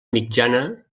mitjana